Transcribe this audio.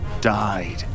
died